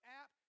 app